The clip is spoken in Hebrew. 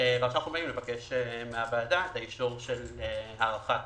עכשיו אנחנו באים לבקש מהוועדה את האישור של הארכת